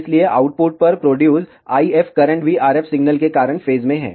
इसलिए आउटपुट पर produce IF current भी RF सिग्नल के कारण फेज में हैं